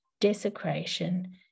desecration